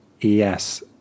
yes